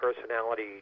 personality